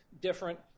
different